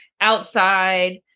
outside